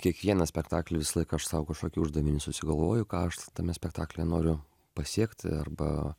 kiekvieną spektaklį visąlaik aš sau kažkokį uždavinį susigalvoju ką aš su tame spektaklyje noriu pasiekti arba